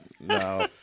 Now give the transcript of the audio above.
No